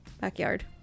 backyard